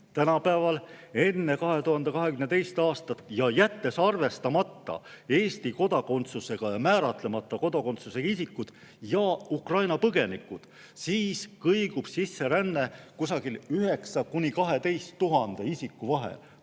tänapäeval, enne 2022. aastat, jättes arvestamata Eesti kodakondsusega ja määratlemata kodakondsusega isikud ja Ukraina põgenikud, kõigub sisseränne kusagil 9000 ja 12 000 isiku vahel.